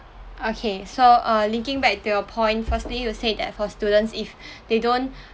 okay so err linking back to your point firstly you said that for students if they don't